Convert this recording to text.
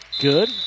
good